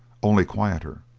only quieter.